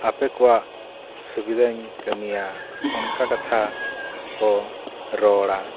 ᱟᱯᱮ ᱠᱚᱣᱟᱜ ᱥᱩᱵᱤᱫᱟᱧ ᱠᱟᱹᱢᱤᱭᱟ ᱚᱱᱠᱟ ᱠᱟᱛᱷᱟ ᱠᱚ ᱨᱚᱲᱟ